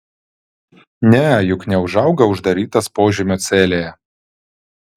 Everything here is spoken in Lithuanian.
ne juk neūžauga uždarytas požemio celėje